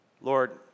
Lord